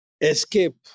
escape